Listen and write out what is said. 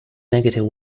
negative